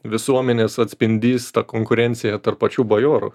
visuomenės atspindys ta konkurencija tarp pačių bajorų